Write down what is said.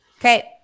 Okay